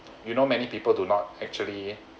you know many people do not actually